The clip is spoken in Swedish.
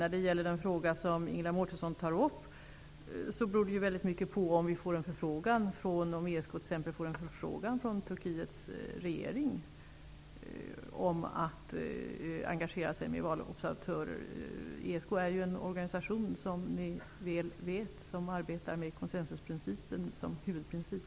På Ingela Mårtenssons fråga om ESK:s möjlighet att sända en delegation vill jag svara att det i hög grad beror på om vi får en begäran från Turkiets regering om valobservatörer. ESK arbetar ju med konsensusprincipen såsom huvudprincip.